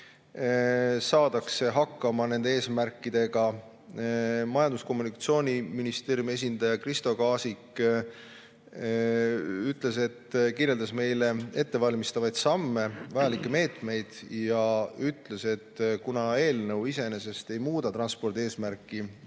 saadakse hakkama nende eesmärkidega. Majandus- ja Kommunikatsiooniministeeriumi esindaja Kristo Kaasik kirjeldas meile ettevalmistavaid samme, vajalikke meetmeid, ja ütles, et eelnõu iseenesest ei muuda transpordieesmärki,